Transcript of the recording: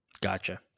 Gotcha